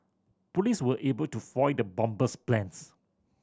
police were able to foil the bomber's plans